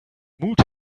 mut